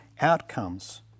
outcomes